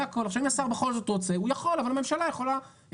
אם השר בכל זאת רוצה הוא יכול, אבל הממשלה יכולה.